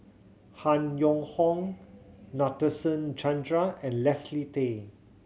Han Yong Hong Nadasen Chandra and Leslie Tay